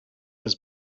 his